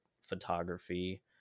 photography